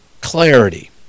clarity